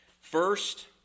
First